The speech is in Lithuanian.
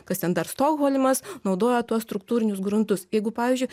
kas ten dar stokholmas naudoja tuos struktūrinius gruntus jeigu pavyzdžiui